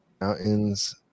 Mountains